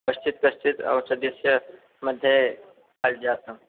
कश्चित् कश्चित् ओषधीनां मध्ये किं जातम्